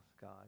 God